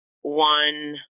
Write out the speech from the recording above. one